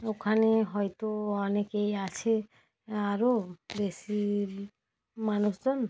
ওখানে হয়তো অনেকেই আছে আরো বেশি মানুষজন